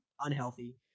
unhealthy